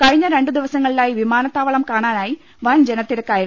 കഴിഞ്ഞ രണ്ടു ദിവസങ്ങളിലായി വിമാനത്താവ ളം കാണാനായി വൻജനത്തിരക്കായിരുന്നു